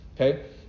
okay